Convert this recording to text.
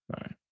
right